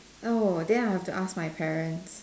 oh then I'll have to ask my parents